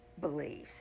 beliefs